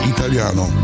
Italiano